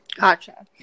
Gotcha